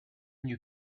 knew